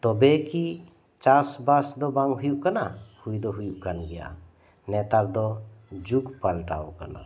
ᱛᱚᱵᱮ ᱠᱤ ᱪᱟᱥ ᱵᱟᱥ ᱫᱚ ᱵᱟᱝ ᱦᱩᱭᱩᱜ ᱠᱟᱱᱟ ᱦᱩᱭ ᱫᱚ ᱦᱩᱭᱩᱜ ᱠᱟᱱ ᱜᱮᱭᱟ ᱱᱮᱛᱟᱨ ᱫᱚ ᱡᱩᱜ ᱯᱟᱞᱴᱟᱣ ᱟᱠᱟᱱᱟ